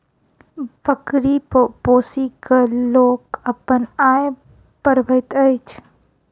बकरी पोसि क लोक अपन आय बढ़बैत अछि